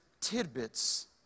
tidbits